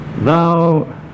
thou